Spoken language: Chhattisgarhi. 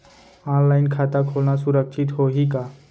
ऑनलाइन खाता खोलना सुरक्षित होही का?